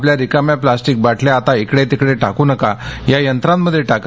आपल्या रिकाम्या प्लास्टिक बाटल्या आता इकडे तिकडे टाकू नका या यंत्रांमध्ये टाका